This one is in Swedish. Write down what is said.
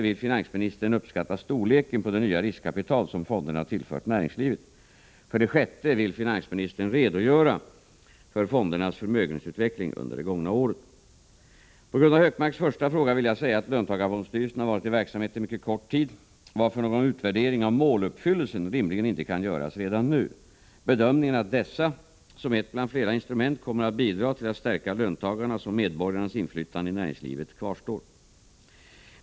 Vill finansministern uppskatta storleken på det nya riskkapital som fonderna tillfört näringslivet? 6. Vill finansministern redogöra för fondernas förmögenhetsutveckling under det gångna året? På Gunnar Hökmarks första fråga vill jag säga att löntagarfondstyrelserna varit i verksamhet en mycket kort tid, varför någon utvärdering av ' måluppfyllelsen rimligen inte kan göras redan nu. Bedömningen att dessa, som ett bland flera instrument, kommer att bidra till att stärka löntagarnas och medborgarnas inflytande i näringslivet kvarstår.